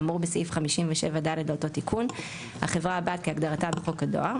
האמור בסעיף 57(ד) לאותו תיקון - החברה הבת כהגדרתה בחוק הדואר,